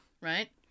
right